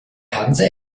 hanse